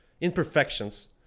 imperfections